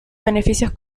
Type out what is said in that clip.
beneficios